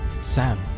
Sam